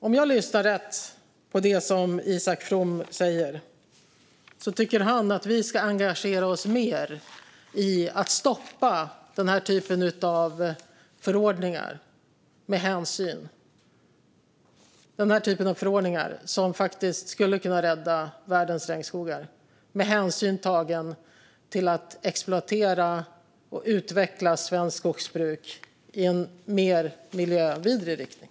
Om jag hörde rätt tycker Isak From att vi ska engagera oss mer i att stoppa den här typen av förordningar, som faktiskt skulle kunna rädda världens regnskogar, med hänsyn till att vi vill exploatera svenskt skogsbruk och utveckla det i en mer miljövidrig riktning.